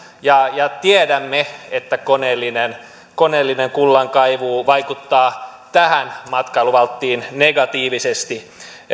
ja ja tiedämme että koneellinen koneellinen kullankaivuu vaikuttaa tähän matkailuvalttiin negatiivisesti